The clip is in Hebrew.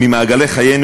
ממעגלי חיינו,